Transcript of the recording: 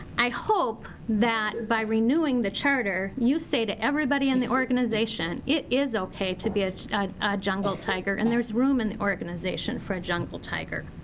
i hope that by renewing the charter you say to everybody in the organization. it is okay to be a jungle tiger. and there is room in the organization for a jungle tiger.